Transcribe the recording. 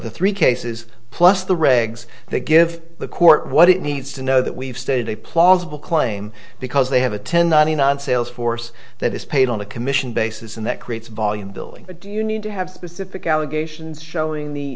the three cases plus the regs they give the court what it needs to know that we've stated a plausible claim because they have a ten sales force that is paid on a commission basis and that creates volume billing do you need to have specific allegations showing the